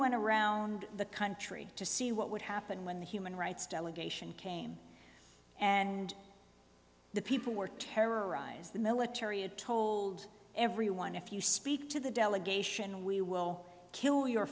went around the country to see what would happen when the human rights delegation came and the people were terrorized the military had told everyone if you speak to the delegation we will kill your